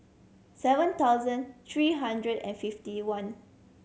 seven thousand three hundred and fifty one